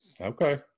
Okay